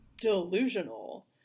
delusional